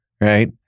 Right